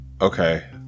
okay